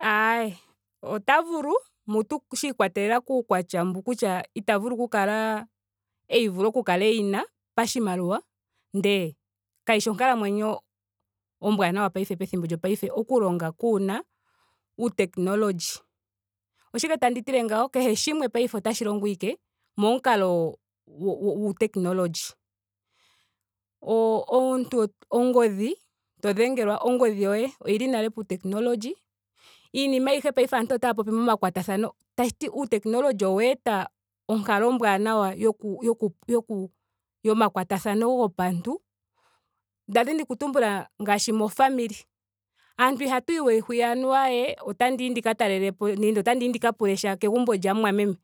Ayee ota vulu. mutu shiikwatelela kuukwatya mbu kutya ita vulu oku kala eyi vula oku kala eyina. pashimaliwa ndele. kayishi onkalamwenyo ombwaanawa paife pethimbo lyopaife oku longa kuuna uu technology. Oshike tandi tile ngawo? Kehe shimwe paife otashi longo ashike momukalo gu- gu- guu technology. Oo- omuntu ongodhi to dhengelwa ongodhi yoye oyili nale puu technology. Iinima ayihe yopaife aantu otaya popi pomakwatathano. Tashiti uu technology oweeta onkalo ombwaanawa yoku yoku yoku yomakwatathano gopantu. Nda dhini okutumbula ngaashi mo family aantu ihatu hiwa hwiya anuwa aayee otandiyi ndika talelepo nenge otandiyi ndika pule sha kegumbo lyamu mwameme.